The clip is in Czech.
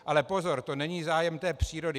Ale pozor, to není zájem té přírody.